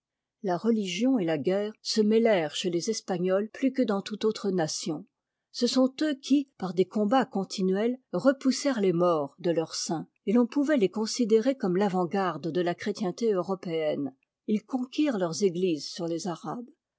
la religion et la guerre se mêtèrent chez les t espagnols plus que dans toute autre nation ce sont eux qui par des combats continuels re poussèrent les maures de leur sein et l'on pouvait les considérer comme l'avant-garde de la chrétienté européenne ils conquirent leurs églises sur les arabes